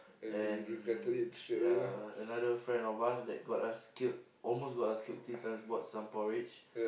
and ya another friend of us that got us killed almost got us killed three times bought some porridge